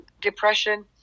depression